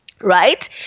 Right